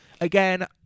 again